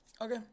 Okay